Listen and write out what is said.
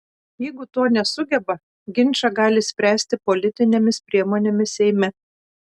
jeigu to nesugeba ginčą gali spręsti politinėmis priemonėmis seime